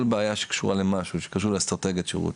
כל בעיה שקשורה למשהו שקשור לאסטרטגיית שירות,